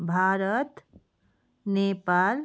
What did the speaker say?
Bharat Nepal